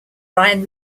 ryan